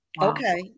Okay